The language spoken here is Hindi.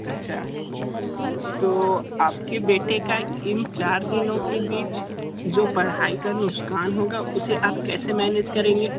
अच्छा तो आप के बेटे का इन चार दिनों के बीच जो पढ़ाई का नुक़सान होगा उसे आप कैसे मैनेज करेंगे